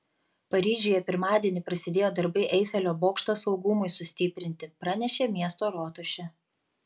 paryžiuje pirmadienį prasidėjo darbai eifelio bokšto saugumui sustiprinti pranešė miesto rotušė